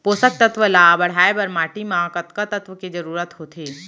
पोसक तत्व ला बढ़ाये बर माटी म कतका तत्व के जरूरत होथे?